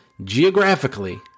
Geographically